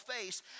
face